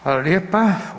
Hvala lijepa.